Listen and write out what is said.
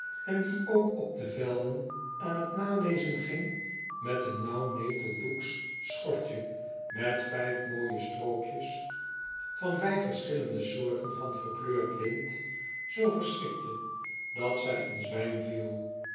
en die ook op de velden aan t nalezen ging met een nauw neteldoeksch schortje met vijf mooie strookjes van vijf verschillende soorten van gekleurd lint zoo verschrikte dat zij in zwijm viel